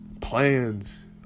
plans